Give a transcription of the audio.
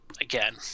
again